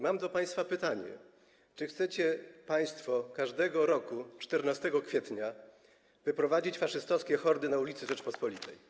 Mam do państwa pytanie: Czy chcecie państwo każdego roku 14 kwietnia wyprowadzać faszystowskie hordy na ulice Rzeczypospolitej?